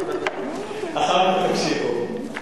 אחר כך תמשיכו,